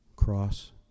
cross